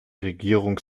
regierung